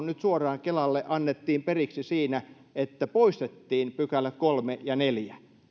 nyt suoraan kelalle annettiin periksi siinä että poistettiin pykälät kolme ja neljä